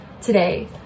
today